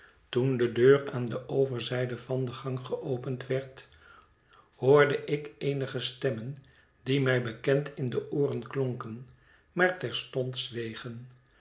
toen de deur aan de overzijde van den gang geopend werd hoorde ik eenige stemmen die mij bekend in de ooren klonken maar terstond zwegen